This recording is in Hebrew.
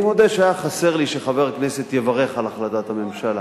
אני מודה שהיה חסר לי שחבר הכנסת יברך על החלטת הממשלה.